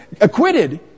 acquitted